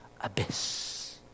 abyss